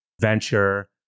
venture